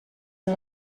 han